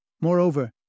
Moreover